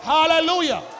Hallelujah